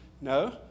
No